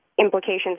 implications